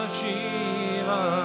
Shiva